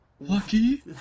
Lucky